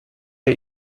der